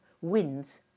wins